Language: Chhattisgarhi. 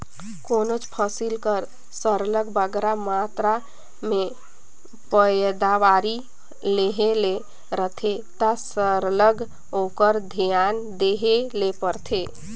कोनोच फसिल कर सरलग बगरा मातरा में पएदावारी लेहे ले रहथे ता सरलग ओकर धियान देहे ले परथे